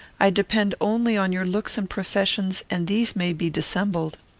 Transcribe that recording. i depend only on your looks and professions, and these may be dissembled.